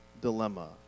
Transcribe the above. dilemma